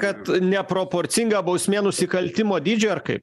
kad neproporcinga bausmė nusikaltimo dydžiui ar kaip